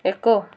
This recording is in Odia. ଏକ